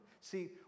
See